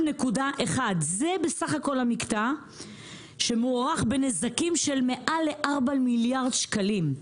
זה בסך הכול המקטע שמוערך בנזקים של מעל ל-4 מיליארד שקלים.